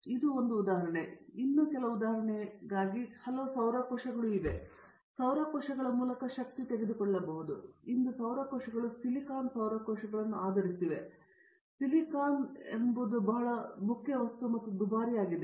ಇದು ಉದಾಹರಣೆಗಳಲ್ಲಿ ಒಂದಾಗಿದೆ ಉದಾಹರಣೆಗೆ ಹಲವು ಸೌರ ಕೋಶಗಳು ಇವೆ ನೀವು ಸೌರ ಕೋಶಗಳ ಮೂಲಕ ಶಕ್ತಿ ತೆಗೆದುಕೊಳ್ಳಬಹುದು ಇಂದು ಸೌರ ಕೋಶಗಳು ಸಿಲಿಕಾನ್ ಸೌರ ಕೋಶಗಳನ್ನು ಆಧರಿಸಿದೆ ಆದರೆ ಸಿಲಿಕಾನ್ ಬಹಳ ಮುಖ್ಯ ವಸ್ತು ಮತ್ತು ದುಬಾರಿಯಾಗಿದೆ